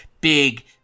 big